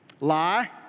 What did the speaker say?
lie